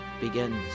begins